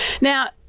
Now